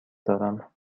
دارم